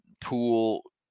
pool